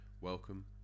welcome